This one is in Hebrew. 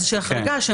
כרגע.